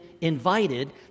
invited